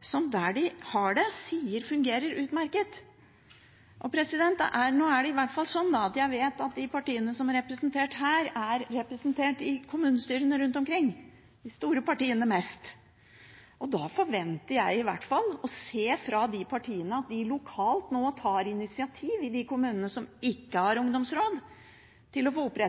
som de som har det, sier fungerer utmerket. Nå er det sånn at jeg vet at de partiene som er representert her, er representert i kommunestyrene rundt omkring – de store partiene mest. Da forventer jeg i hvert fall å se at de partiene lokalt nå tar initiativ til å opprette ungdomsråd i de kommunene som ikke har